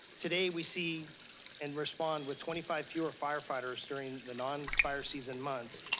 today, we see and respond with twenty five fewer firefighters during the non-fire season months,